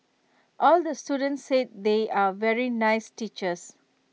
all the students said they are very nice teachers